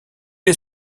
est